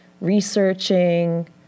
researching